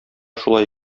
шулай